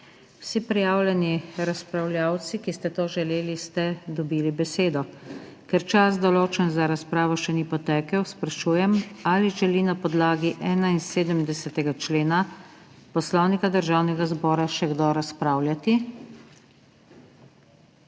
Vsi prijavljeni razpravljavci, ki ste to želeli ste dobili besedo. Ker čas določen za razpravo še ni potekel, sprašujem, ali želi na podlagi 71. člena Poslovnika Državnega zbora še kdo razpravljati?